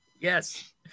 Yes